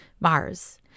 Mars